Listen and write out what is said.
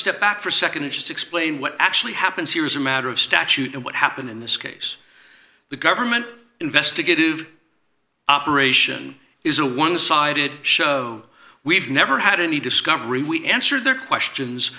step back for a nd interest explain what actually happens here is a matter of statute and what happened in this case the government investigative operation is a one sided show we've never had any discovery we answered their questions